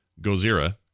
Gozira